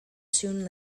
soon